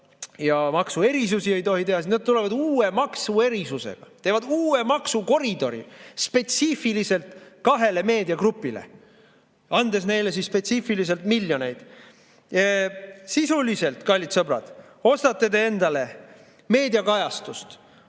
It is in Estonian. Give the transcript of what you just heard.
ja maksuerisusi ei tohi teha, nüüd aga tulevad nad uue maksuerisusega, teevad uue maksukoridori spetsiifiliselt kahele meediagrupile, andes neile spetsiifiliselt miljoneid. Sisuliselt, kallid sõbrad, ostate te endale meediakajastust